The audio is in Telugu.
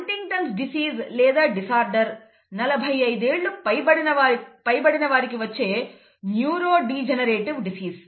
హంటింగ్టన్'స్ డిసీస్ లేదా డిసార్డర్ 45 ఏళ్లు పైబడిన వారికి వచ్చే న్యూరోడీజనరేటివ్ డిసీస్